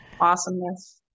awesomeness